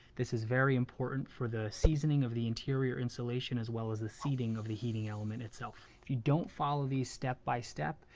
this is very important for the seasoning of the interior insulation as well as the seating of the heating element itself. if you don't follow these step-by-step,